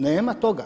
Nema toga.